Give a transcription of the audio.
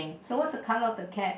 so what's the colour of the cat